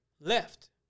left